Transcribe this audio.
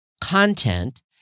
content